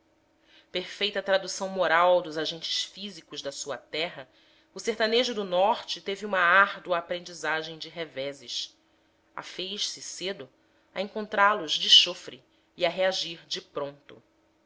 apatia perfeita tradução moral dos agentes físicos da sua terra o sertanejo do norte teve uma árdua aprendizagem de reveses afez se cedo a encontrá los de chofre e a reagir de pronto